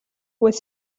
was